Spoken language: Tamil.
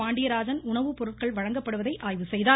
பாண்டியராஜன் உணவுப்பொருட்கள் வழங்கப்படுவதை ஆய்வு செய்தார்